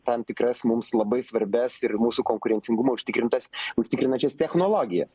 tam tikras mums labai svarbias ir mūsų konkurencingumą užtikrintas užtikrinančias technologijas